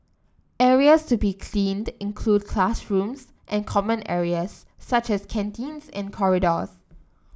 areas to be cleaned include classrooms and common areas such as canteens and corridors